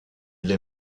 les